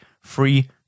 free